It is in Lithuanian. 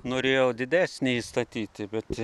norėjau didesnį įstatyti bet